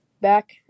back